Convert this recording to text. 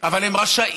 אבל הם רשאים,